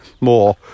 more